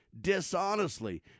dishonestly